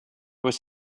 was